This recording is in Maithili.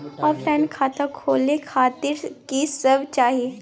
ऑफलाइन खाता खोले खातिर की सब चाही?